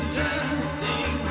dancing